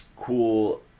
cool